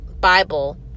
Bible